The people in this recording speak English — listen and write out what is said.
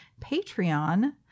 Patreon